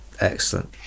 excellent